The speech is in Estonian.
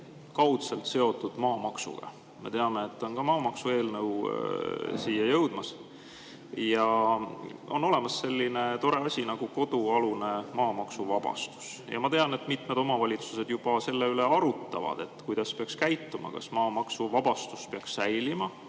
kaudselt seotud maamaksuga. Me teame, et on ka maamaksu eelnõu siia jõudmas. On olemas selline tore asi nagu kodualuse maa maksuvabastus ja ma tean, et mitmed omavalitsused juba selle üle arutavad, kuidas peaks käituma, kas see maamaksuvabastus peaks säilima